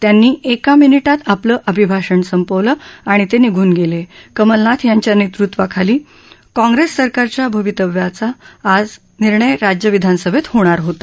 त्यांनी एका मिनिटात आपलं अभिभाषण संपवलं आणि तामिघून गद्धा कमलनाथ यांच्या नत्तिचाखाली काँग्रेस सरकारच्या भवितव्याचं निर्णय आज राज्यविधानसभसिहोणार होता